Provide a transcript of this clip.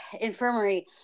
infirmary